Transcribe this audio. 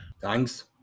Thanks